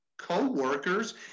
co-workers